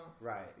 Right